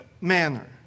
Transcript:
manner